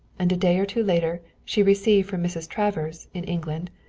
and a day or two later she received from mrs. travers, in england,